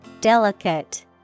Delicate